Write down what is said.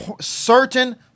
certain